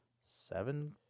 seven